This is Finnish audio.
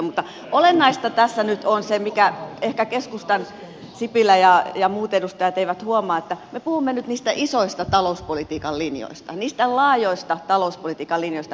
mutta olennaista tässä nyt on se mitä ehkä keskustan sipilä ja muut edustajat eivät huomaa että me puhumme nyt niistä isoista talouspolitiikan linjoista niistä laajoista talouspolitiikan linjoista